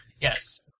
Yes